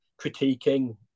critiquing